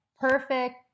perfect